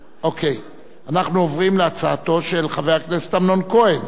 אנחנו עוברים להצעתו של חבר הכנסת אמנון כהן.